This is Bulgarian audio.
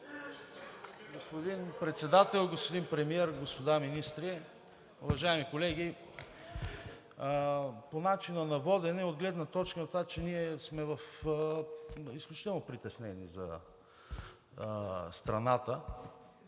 Господин Председател, господин Премиер, господа министри, уважаеми колеги! По начина на водене от гледна точка на това, че ние сме изключително притеснени за страната